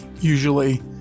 usually